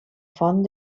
font